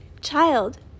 child